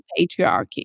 patriarchy